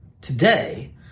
today